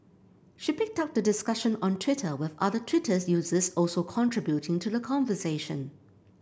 she picked up the discussion on Twitter with other Twitter users also contributing to the conversation